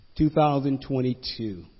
2022